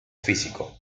físico